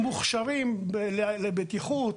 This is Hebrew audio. הקב״טים מוכשרים לבטיחות,